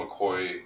McCoy